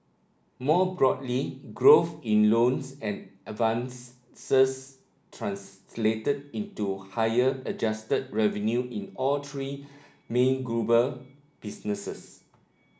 more broadly growth in loans and advance translated into higher adjusted revenue in all three main global businesses